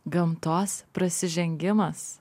gamtos prasižengimas